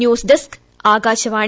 news desk Akashvani